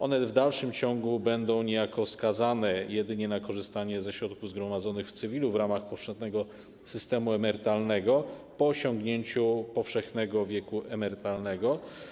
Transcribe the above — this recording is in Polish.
One w dalszym ciągu będą niejako skazane jedynie na korzystanie ze środków zgromadzonych w cywilu w ramach powszechnego systemu emerytalnego po osiągnięciu powszechnego wieku emerytalnego.